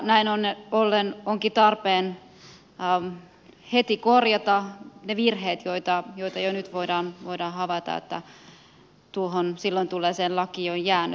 näin ollen onkin tarpeen heti korjata ne virheet joita jo nyt voidaan havaita että tuohon silloin tulleeseen lakiin on jäänyt